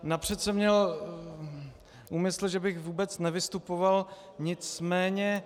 Napřed jsem měl úmysl, že bych vůbec nevystupoval, nicméně...